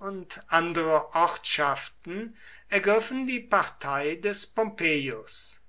und andere ortschaften ergriffen die partei des pompeius